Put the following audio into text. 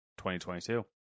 2022